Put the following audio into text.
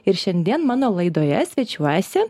ir šiandien mano laidoje svečiuojasi